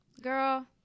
girl